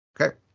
okay